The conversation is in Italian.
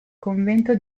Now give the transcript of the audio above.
convento